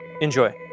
Enjoy